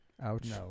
Ouch